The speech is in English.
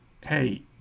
hey